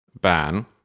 ban